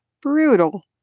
brutal